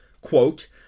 quote